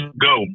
go